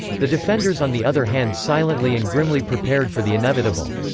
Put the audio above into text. the defenders on the other hand silently and grimly prepared for the inevitable.